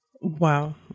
Wow